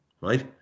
right